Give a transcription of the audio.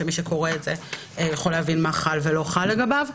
שמי שקורא את זה יכול יהיה להבין מה חל ולא חל לגביו.